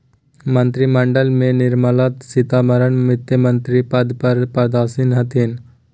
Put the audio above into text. मंत्रिमंडल में निर्मला सीतारमण वित्तमंत्री पद पर पदासीन हथिन